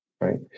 right